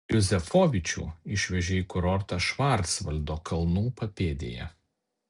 juzefovičių išvežė į kurortą švarcvaldo kalnų papėdėje